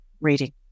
reading